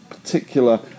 Particular